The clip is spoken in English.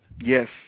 Yes